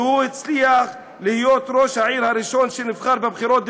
והוא הצליח להיות ראש העיר הראשון שנבחר בבחירות דמוקרטיות.